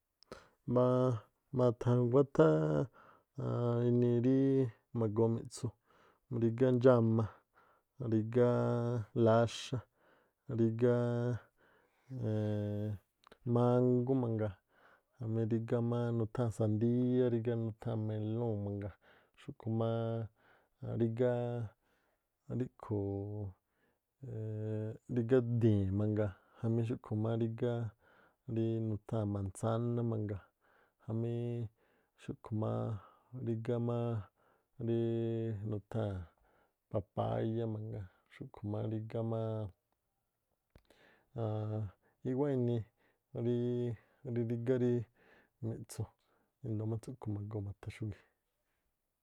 ma̱tha̱ nguátháá inii rí ma̱goo mi̱ꞌtsu, rígá ndxámá, rígá láxá, rígá mángú mangaa, jamí rígá má nutháa̱n sandíá, rígá nutháa̱n melúu̱n mangaa, xúꞌkhu̱ máá rígá ríꞌkhu̱u̱ rígá di̱i̱n mangaa jamí xúꞌkhu̱ má rígá rí nutháa̱n manzáná mangaa, jamí xúꞌkhu̱ máá ríí nutháa̱n papáyá mangaa xúꞌkhu̱ má rígá máá i̱ꞌwáꞌ inii ríí rígá rí mi̱ꞌtsu̱. I̱ndóó má tsúꞌkhu̱ ma̱goo ma̱tha̱ xúgi̱.